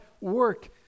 work